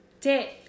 Death